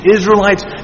Israelites